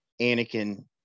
Anakin